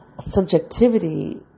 subjectivity